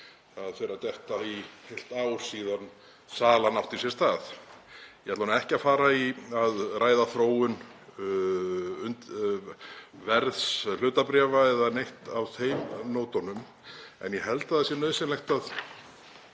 Það fer að detta í heilt ár síðan salan átti sér stað. Ég ætla ekki að fara út í að ræða þróun verðs hlutabréfa eða neitt á þeim nótunum en ég held að það sé nauðsynlegt að